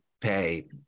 pay